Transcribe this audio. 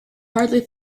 hardly